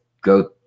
go